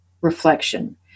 reflection